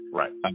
right